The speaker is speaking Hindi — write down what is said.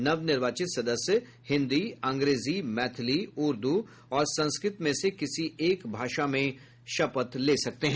नवनिर्वाचित सदस्य हिन्दी अंग्रेजी मैथिली उर्दू और संस्कृत में से किसी एक भाषा में शपथ ले सकते हैं